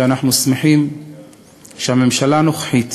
שאנחנו שמחים שהממשלה הנוכחית